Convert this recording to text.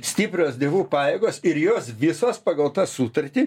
stiprios dievų pajėgos ir jos visos pagal tą sutartį